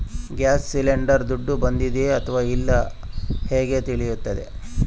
Gas cylinder ದುಡ್ಡು ಬಂದಿದೆ ಅಥವಾ ಇಲ್ಲ ಹೇಗೆ ತಿಳಿಯುತ್ತದೆ?